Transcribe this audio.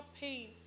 pain